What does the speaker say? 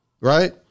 Right